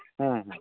ᱦᱮᱸ